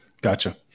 Gotcha